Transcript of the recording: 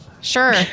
Sure